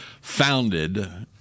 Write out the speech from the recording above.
founded